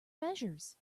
measures